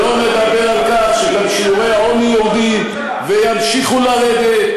שלא נדבר על כך שגם שיעורי העוני יורדים וימשיכו לרדת,